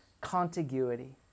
contiguity